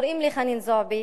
קוראים לי חנין זועבי,